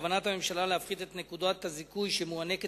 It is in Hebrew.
כוונת הממשלה להפחית את נקודת הזיכוי שמוענקת